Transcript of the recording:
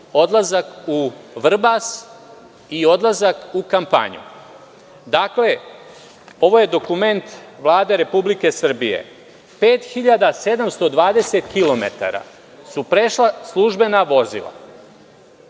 odlazak u Vrbas i odlazak u kampanju. Dakle, ovo je dokument Vlade Republike Srbije, 5.720 kilometara su prešla službena vozila.